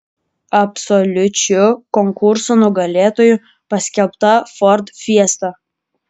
absoliučiu konkurso nugalėtoju paskelbta ford fiesta